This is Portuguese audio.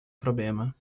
problema